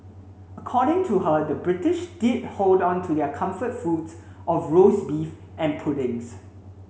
according to her the British did hold on to their comfort foods of roast beef and puddings